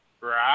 Right